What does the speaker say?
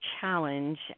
challenge